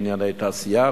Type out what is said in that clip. בנייני תעשייה,